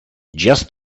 just